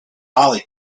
molly